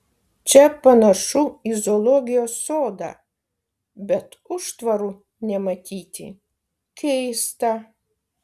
čia panašu į zoologijos sodą bet užtvarų nematyti keista